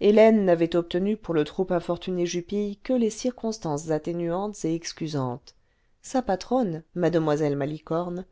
hélène n'avait obtenu pour le trop infortuné jupille que les circonstances atténuantes et excusantes sa patronne mllc malicorne